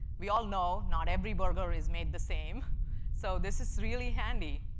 we all know not every burger is made the same so this is really handy.